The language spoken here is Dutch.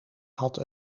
had